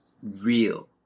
Real